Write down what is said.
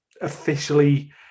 officially